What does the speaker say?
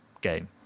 game